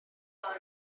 all